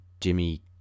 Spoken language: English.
Jimmy